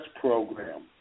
program